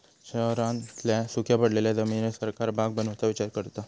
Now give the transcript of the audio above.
शहरांतल्या सुख्या पडलेल्या जमिनीर सरकार बाग बनवुचा विचार करता